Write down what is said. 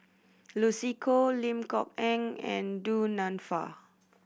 Lucy Koh Lim Kok Ann and Du Nanfa